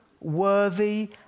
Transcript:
worthy